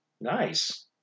nice